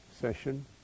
session